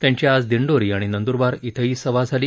त्यांची आज दिंडोरी आणि नंदूरबार शिंही सभा झाल्या